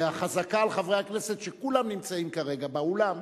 חזקה על חברי הכנסת שכולם נמצאים כרגע באולם,